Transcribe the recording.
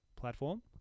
platform